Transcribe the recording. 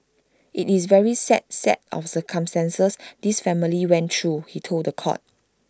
IT is very sad set of circumstances this family went through he told The Court